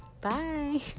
bye